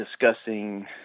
discussing